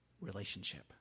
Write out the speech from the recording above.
relationship